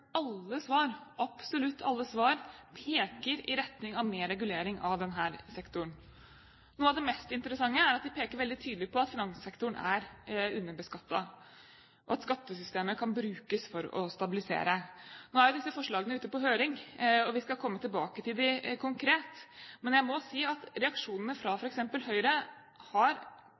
alle svar, absolutt alle svar, peker i retning av mer regulering av denne sektoren. Noe av det mest interessante er at de peker veldig tydelig på at finanssektoren er underbeskattet, og at skattesystemet kan brukes for å stabilisere. Nå er jo disse forslagene ute på høring, og vi skal komme tilbake til dem konkret, men jeg må si at reaksjonene fra f.eks. Høyre på en måte har